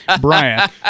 Brian